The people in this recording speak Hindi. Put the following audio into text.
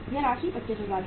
यह राशि 25000 है